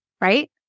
right